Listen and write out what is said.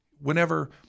whenever